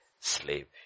slave